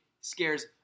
scares